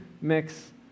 mix